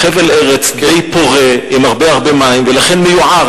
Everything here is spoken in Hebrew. חבל ארץ די פורה עם הרבה הרבה מים, ולכן מיוער.